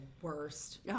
worst